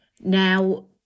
Now